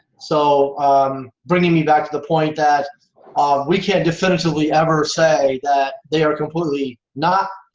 so bringing me back to the point that we can't definitively ever say that they are completely not